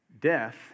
Death